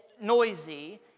noisy